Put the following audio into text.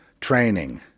training